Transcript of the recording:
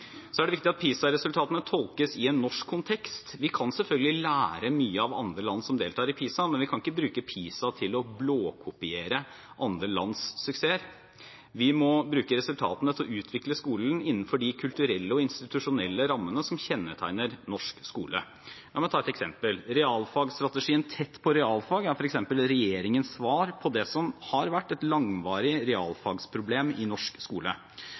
er viktig at PISA-resultatene tolkes i en norsk kontekst. Vi kan selvfølgelig lære mye av andre land som deltar i PISA, men vi kan ikke bruke PISA til å blåkopiere andre lands suksesser. Vi må bruke resultatene til å utvikle skolen innenfor de kulturelle og institusjonelle rammene som kjennetegner norsk skole. La meg ta et eksempel: Realfagsstrategien «Tett på realfag» er regjeringens svar på det som har vært et langvarig realfagsproblem i norsk skole.